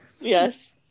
Yes